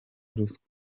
ruswa